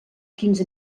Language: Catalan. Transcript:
quinze